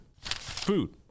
food